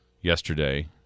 yesterday